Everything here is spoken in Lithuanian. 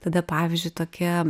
tada pavyzdžiui tokia